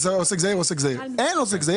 אבל אין עוסק זעיר.